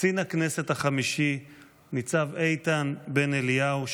קצין הכנסת החמישי ניצב איתן בן אליהו,